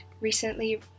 recently